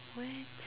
what